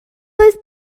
oedd